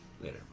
Later